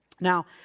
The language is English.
Now